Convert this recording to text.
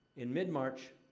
in mid-march,